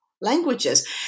languages